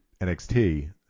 NXT